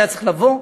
היה צריך לבוא,